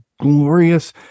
glorious